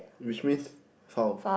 which means how